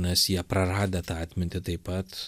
nes jie praradę tą atmintį taip pat